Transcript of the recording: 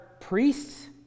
priests